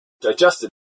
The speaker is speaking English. digested